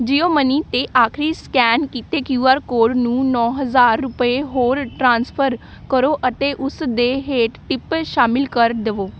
JIO money 'ਤੇ ਆਖਰੀ scan ਕੀਤੇ ਕਿਊ ਆਰ ਕੋਡ ਨੂੰ ਨੌਂ ਹਜ਼ਾਰ ਰੁਪਏ ਹੋਰ ਟ੍ਰਾਂਸਫਰ ਕਰੋ ਅਤੇ ਉਸ ਦੇ ਹੇਠ ਟਿਪ ਸ਼ਾਮਿਲ ਕਰ ਦੇਵੋ